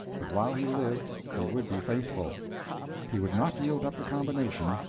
but while he lived he would be faithful he would not yield up the combination.